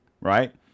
right